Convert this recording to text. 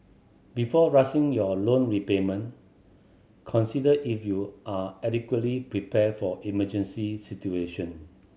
before rushing your loan repayment consider if you are adequately prepared for emergency situation